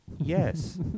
yes